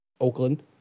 Oakland